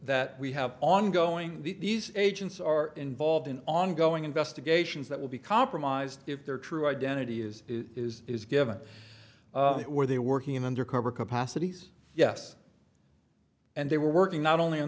that we have ongoing these agents are involved in ongoing investigations that will be compromised if their true identity is is is given where they're working undercover capacities yes and they were working not only in